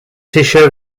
tisha